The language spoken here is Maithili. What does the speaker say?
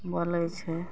बोलै छै